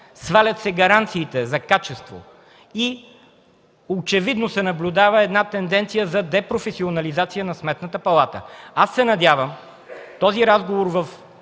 свалят се гаранциите за качество и очевидно се наблюдава тенденция за депрофесионализация на Сметната палата. Аз се надявам този разговор да